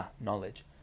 knowledge